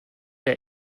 der